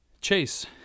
Chase